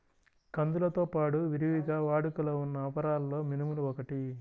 కందులతో పాడు విరివిగా వాడుకలో ఉన్న అపరాలలో మినుములు ఒకటి